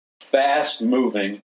fast-moving